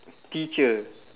teacher